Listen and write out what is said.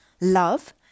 love